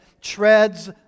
treads